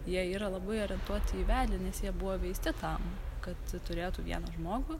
jie yra labai orientuoti į vedlį nes jie buvo veisti tam kad turėtų vieną žmogų